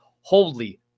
holy